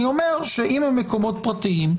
אם המקומות פרטיים,